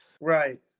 Right